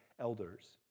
elders